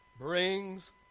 brings